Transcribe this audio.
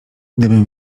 gdybym